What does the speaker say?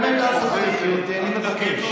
1,300, באמת, אל תכריחי אותי, אני מבקש.